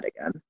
again